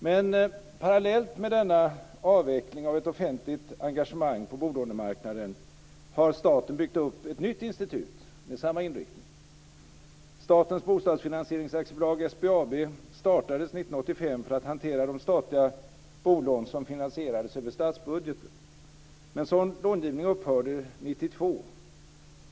Men parallellt med denna avveckling av ett offentligt engagemang på bolånemarknaden har staten byggt upp ett nytt institut med samma inriktning. Statens Bostadsfinansieringsaktiebolag, SBAB, startades 1985 för att hantera de statliga bolån som finansierades över statsbudgeten. Men sådan långivning upphörde 1992.